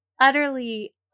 utterly